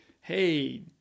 Hey